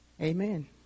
Amen